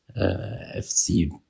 FC